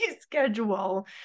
schedule